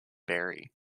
berry